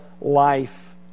life